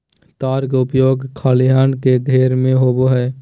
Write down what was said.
तार के उपयोग खलिहान के घेरे में होबो हइ